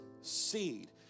seed